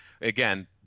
Again